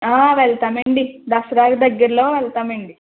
వెళ్తామండి దసరాకి దగ్గరలో వెళ్తామండి